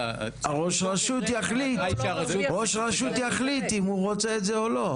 ראש הרשות יחליט אם הוא רוצה את זה או לא.